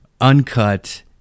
uncut